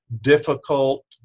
difficult